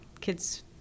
kids